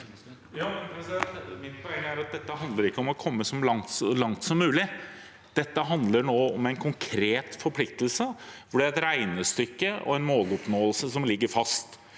mitt poeng er at dette ikke handler om å komme så langt som mulig. Dette handler nå om en konkret forpliktelse, hvor det er et regnestykke og en måloppnåelse som ligger fast.